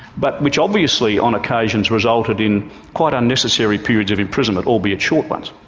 but which obviously on occasions resulted in quite unnecessary periods of imprisonment, albeit short ones.